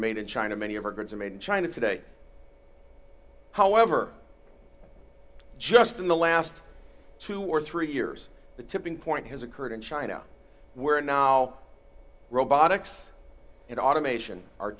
made in china many of our goods are made in china today however just in the last two or three years the tipping point has occurred in china where now robotics and automation are